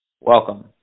Welcome